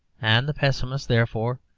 and the pessimist, therefore,